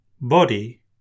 body